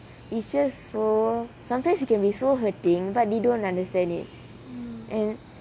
it's just so sometimes it can be so hurting but we don't understand it and